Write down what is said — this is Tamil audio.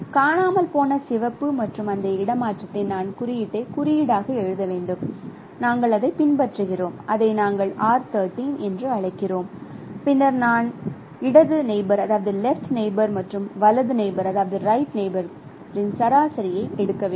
காணாமல் போன கூறு சிவப்பு மற்றும் அந்த இடமாற்றத்தை நான் குறியீட்டை குறியீடாக எழுத வேண்டும் நாங்கள் அதைப் பின்பற்றுகிறோம் அதை நாங்கள் R13 என்று அழைக்கிறோம் பின்னர் நான் இடது நெயிபோர் மற்றும் வலது நெயிபோருக்கு சராசரியை எடுக்க வேண்டும்